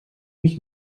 mich